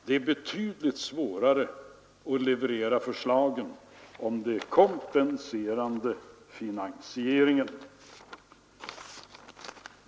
Det är betydligt svårare att leverera förslag till den kompenserande finansieringen.